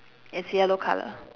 it's yellow colour